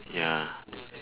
ya